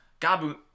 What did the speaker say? gabu